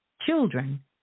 children